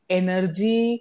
energy